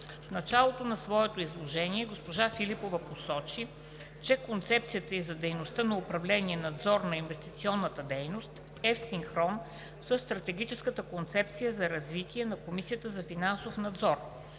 началото на своето изложение госпожа Филипова посочи, че концепцията ѝ за дейността на управление „Надзор на инвестиционната дейност“ е в синхрон със Стратегическата концепция за развитие на Комисията за финансов надзор.